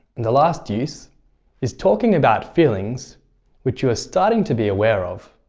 the last use is talking about feelings which you are starting to be aware of.